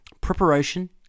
Preparation